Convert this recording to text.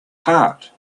heart